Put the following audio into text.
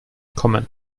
kommen